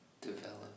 Develop